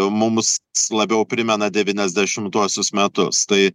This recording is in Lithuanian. mums labiau primena devyniasdešimtuosius metus tai